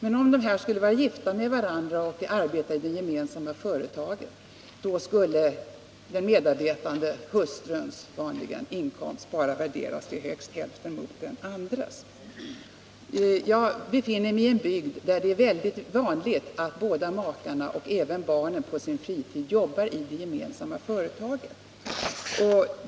Men om de skulle vara gifta med varandra och arbeta i ett gemensamt företag, skulle den medarbetandes— vanligen hustruns —- inkomst bara värderas till högst hälften av den andra makens. Jag bor i en bygd där det är mycket vanligt att båda makarna, och även barnen på sin fritid, jobbar i det gemensamma företaget.